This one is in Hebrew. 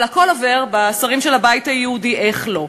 אבל הכול עובר בשֹרים של הבית היהודי, איך לא?